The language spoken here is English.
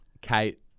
kate